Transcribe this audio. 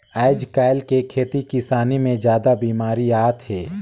आयज कायल के खेती किसानी मे जादा बिमारी आत हे